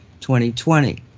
2020